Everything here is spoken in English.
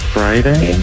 Friday